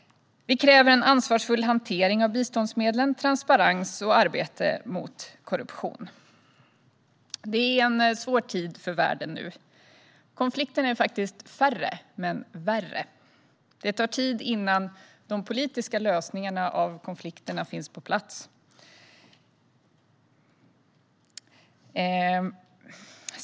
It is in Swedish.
Vi kräver en ansvarsfull hantering av biståndsmedlen, transparens och arbete mot korruption. Det är en svår tid för världen nu. Konflikterna är färre men värre. Det tar tid innan de politiska lösningarna av konflikterna finns på plats.